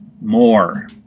More